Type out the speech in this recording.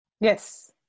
Yes